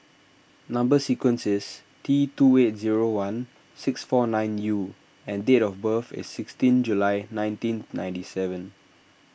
Number Sequence is T two eight zero one six four nine U and date of birth is sixteen July nineteen ninety seven